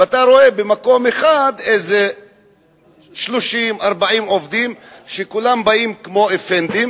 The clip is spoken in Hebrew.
ואתה רואה במקום אחד איזה 30 40 עובדים שכולם באים כמו אפנדים